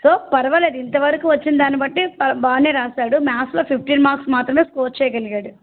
so పరవాలేదు ఇంత వరకు వచ్చిందాన్ని బట్టి బాగానే రాసాడు మాథ్స్లో ఫిఫ్టీన్ మార్క్స్ మాత్రమే స్కోర్ చేయగలిగాడు